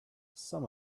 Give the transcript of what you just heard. some